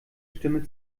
stimme